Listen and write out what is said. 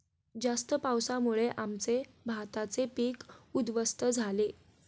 जास्त पावसामुळे आमचे भाताचे पीक उध्वस्त झाले